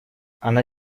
она